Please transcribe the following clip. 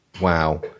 Wow